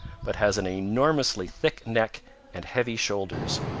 but has an enormously thick neck and heavy shoulders.